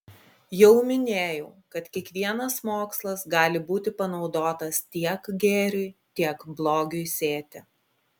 jau minėjau kad kiekvienas mokslas gali būti panaudotas tiek gėriui tiek blogiui sėti